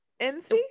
nc